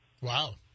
Wow